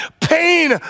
pain